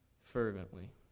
fervently